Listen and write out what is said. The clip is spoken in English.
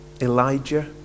Elijah